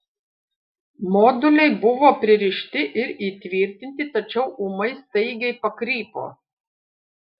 moduliai buvo pririšti ir įtvirtinti tačiau ūmai staigiai pakrypo